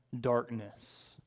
darkness